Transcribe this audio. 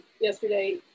yesterday